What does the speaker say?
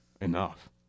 enough